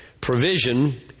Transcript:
Provision